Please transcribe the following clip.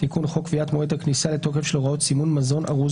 תיקון חוק קביעת מועד כניסה לתוקף של הוראות סימון מזון ארוז